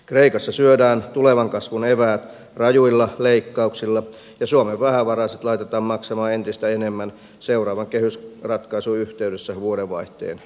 kreikassa syödään tulevan kasvun eväät rajuilla leikkauksilla ja suomen vähävaraiset laitetaan maksamaan entistä enemmän seuraavan kehysratkaisun yhteydessä vuodenvaihteen jälkeen